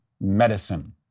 medicine